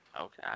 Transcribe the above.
Okay